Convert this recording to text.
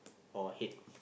or hate